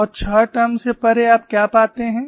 और 6 टर्म्स से परे आप क्या पाते हैं